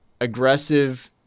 aggressive